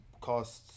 Costs